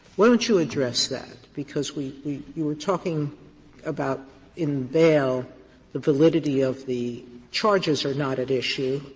why don't you address that because we we you were talking about in bail the validity of the charges are not at issue,